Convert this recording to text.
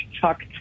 Chuck